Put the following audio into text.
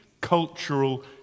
cultural